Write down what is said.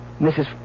Mrs